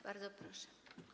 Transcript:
Bardzo proszę.